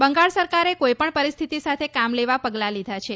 બંગાળ સરકારે કોઈપણ પરિસ્થિતિ સાથે કામ લેવા પગલાં લીધા છે